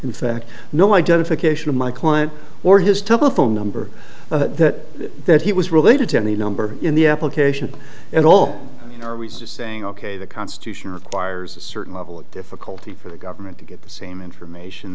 in fact no identification of my client or his telephone number that that he was related to any number in the application at all are we saying ok the constitution requires a certain level of difficulty for the government to get the same information